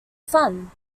fun